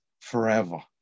forever